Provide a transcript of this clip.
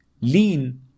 lean